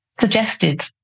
suggested